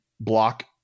block